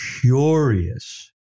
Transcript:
curious